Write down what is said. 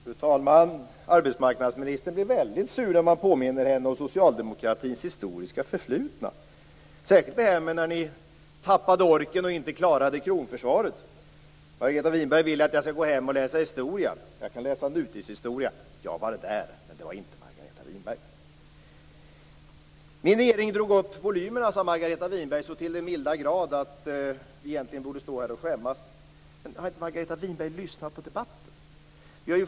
Fru talman! Arbetsmarknadsministern blir väldigt sur när man påminner henne om socialdemokratins historiska förflutna, särskilt om det tillfälle när ni tappade orken och inte klarade kronförsvaret. Margareta Winberg vill att jag skall gå hem och läsa historia. Jag kan utgå från nutidshistorien. Jag var där, men det var inte Margareta Winberg. Margareta Winberg sade att min regering drog upp volymerna så till den milda grad att vi egentligen borde stå här och skämmas. Då hade Margareta Winberg dock inte lyssnat på debatten.